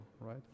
right